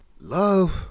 Love